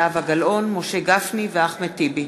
זהבה גלאון, משה גפני ואחמד טיבי.